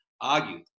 argued